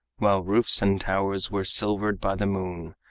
while roofs and towers were silvered by the moon,